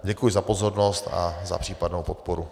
Děkuji za pozornost a za případnou podporu.